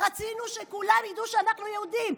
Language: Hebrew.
רצינו שכולם ידעו שאנחנו יהודים.